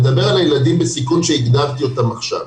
אני מדבר על ילדים בסיכון שהגדרתי אותם עכשיו.